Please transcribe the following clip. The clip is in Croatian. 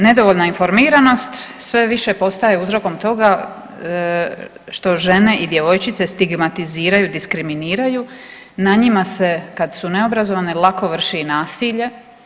Nedovoljna informiranost sve više postaje uzrokom toga što žene i djevojčice stigmatiziraju, diskriminiraju, na njima se kada su neobrazovane lako vrši i nasilje.